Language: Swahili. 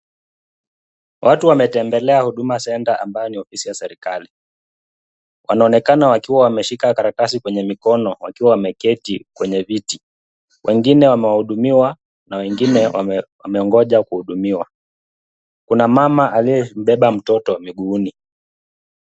Watu wametembelea Huduma Center ambayo ni ofisi ya serikali, wanaonekana wakiwa wameshika karatasi kwenye mikono wakiwa wameketi kwenye viti, wengine wamehudumiwa na wengine wamengoja kuhudumiwa. Kuna mama aliyembeba mtoto miguuni.